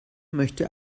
möchte